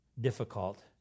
difficult